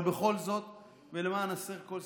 אבל בכל זאת ולמען הסר כל ספק,